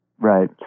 Right